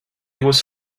was